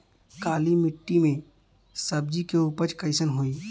काली मिट्टी में सब्जी के उपज कइसन होई?